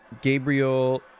Gabriel